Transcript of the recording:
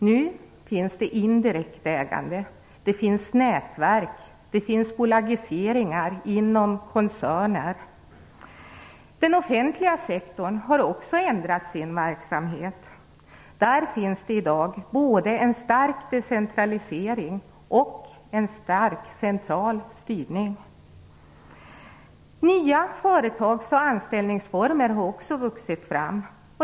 Nu finns det indirekt ägande, nätverk och bolagiseringar inom koncerner. Den offentliga sektorn har också ändrat sin verksamhet. Där finns det i dag både en stark decentralisering och en stark central styrning. Nya företags och anställningsformer har också vuxit fram.